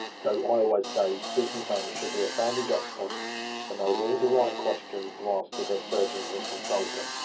so, i always say, business owner ah and should be a family doctor that knows all the right questions to ask to the surgeons and consultants.